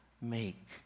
make